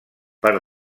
per